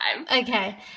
Okay